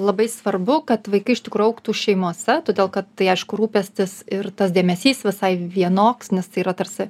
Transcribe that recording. labai svarbu kad vaikai iš tikrų augtų šeimose todėl kad tai aišku rūpestis ir tas dėmesys visai vienoks nes tai yra tarsi